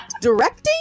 Directing